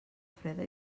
freda